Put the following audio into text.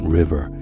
River 》 。